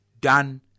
Done